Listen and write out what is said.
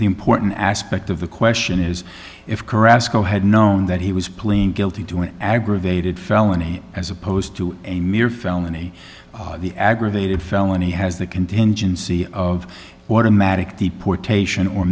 the important aspect of the question is if kharab school had known that he was playing guilty to an aggravated felony as opposed to a mere felony the aggravated felony has the contingency of automatic deportation or